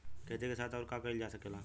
खेती के साथ अउर का कइल जा सकेला?